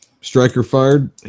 striker-fired